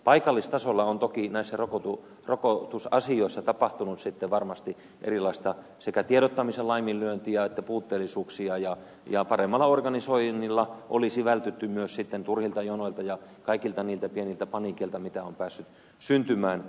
paikallistasolla on toki näissä rokotusasioissa tapahtunut sitten varmasti sekä tiedottamisen laiminlyöntiä että puutteellisuuksia ja paremmalla organisoinnilla olisi vältytty myös sitten turhilta jonoilta ja kaikilta niiltä pieniltä paniikeilta mitä on päässyt syntymään